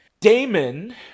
Damon